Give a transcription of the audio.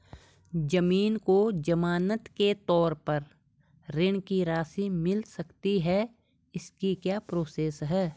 ज़मीन को ज़मानत के तौर पर ऋण की राशि मिल सकती है इसकी क्या प्रोसेस है?